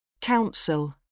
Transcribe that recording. Council